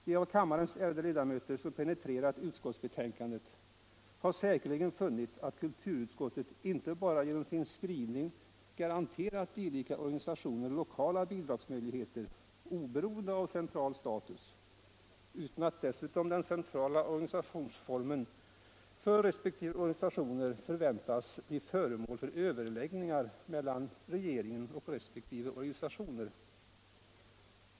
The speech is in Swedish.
De av kammarens ärade ledamöter som penetrerat utskottsbetänkandet har säkerligen funnit att kulturutskottet inte bara genom sin skrivning garanterat dylika organisationer lokala bidragsmöjligheter, oberoende av central status, utan att dessutom den centrala organisationsformen för resp. organisationer förväntas bli föremål för överläggningar mellan regeringen och resp. organisationer.